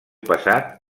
passat